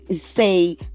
say